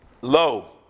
low